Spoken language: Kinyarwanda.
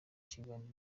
kiganiro